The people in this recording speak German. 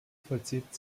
vollzieht